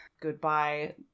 goodbye